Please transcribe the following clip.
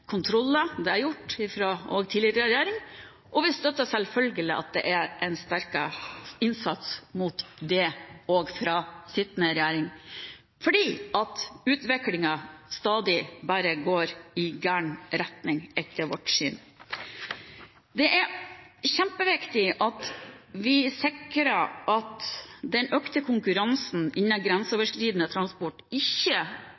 kontroller. Det er også gjort av tidligere regjering, og vi støtter selvfølgelig en styrket innsats her også fra den sittende regjering. For utviklingen går etter vårt syn stadig i gal retning. Det er kjempeviktig at vi sikrer at den økte konkurransen innen